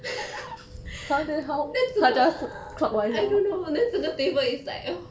where to put I don't know then 整个 table is like